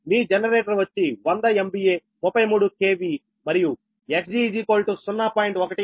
మీ generator వచ్చి 100 MVA 33 KV మరియు Xg 0